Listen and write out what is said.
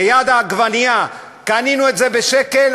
ליד העגבנייה: קנינו את זה בשקל,